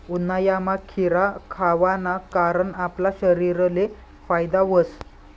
उन्हायामा खीरा खावाना कारण आपला शरीरले फायदा व्हस